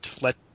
Let